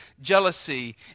jealousy